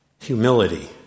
Humility